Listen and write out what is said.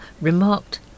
remarked